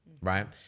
right